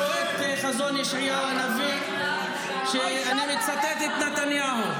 אני מצטט את נתניהו.